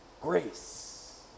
grace